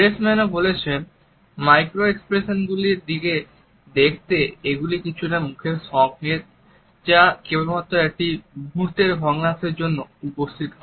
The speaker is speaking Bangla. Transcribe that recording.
ফ্রেশম্যানও বলেছেন মাইক্রোএক্সপ্রেশন গুলির দিকে দেখতে এগুলি কিছু মুখের সংকেত যা কেবলমাত্র একটি মুহূর্তের ভগ্নাংশের জন্য উপস্থিত হয়